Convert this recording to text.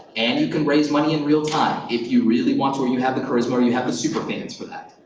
and you can raise money in real time, if you really want to or you have the charisma or you have the super-payments for that.